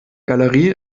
galerie